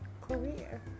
career